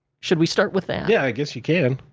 should we start with that? yeah, i guess you can.